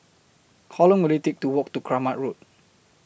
How Long Will IT Take to Walk to Kramat Road